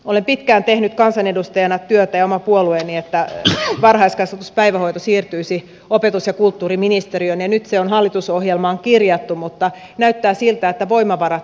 olen pitkään tehnyt kansanedustajana työtä samoin oma puolueeni jotta varhaiskasvatus päivähoito siirtyisi opetus ja kulttuuriministeriöön ja nyt se on hallitusohjelmaan kirjattu mutta näyttää siltä että voimavarat eivät siirry